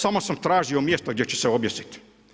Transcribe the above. Samo sam tražio mjesto gdje ću se objesiti.